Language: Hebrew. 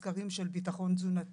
האלה שבהן עשינו סקרי ביטחון תזונתי,